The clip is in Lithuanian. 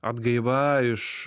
atgaiva iš